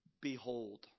Behold